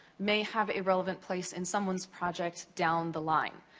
may have a relevant place in someone's project down the line.